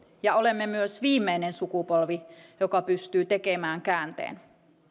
ja olemme myös viimeinen sukupolvi joka pystyy tekemään käänteen